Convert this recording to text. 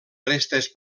restes